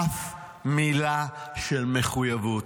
אף מילה של מחויבות.